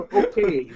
okay